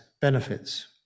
benefits